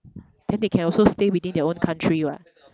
then they can also stay within their own country [what]